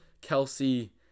Kelsey